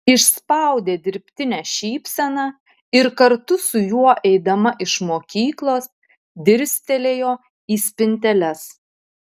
išspaudė dirbtinę šypseną ir kartu su juo eidama iš mokyklos dirstelėjo į spinteles